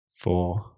Four